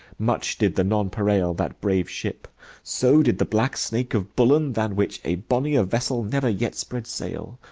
much did the nonpareille, that brave ship so did the black snake of bullen, then which a bonnier vessel never yet spread sail.